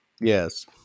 Yes